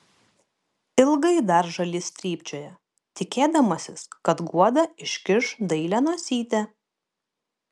ilgai dar žalys trypčioja tikėdamasis kad guoda iškiš dailią nosytę